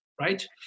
right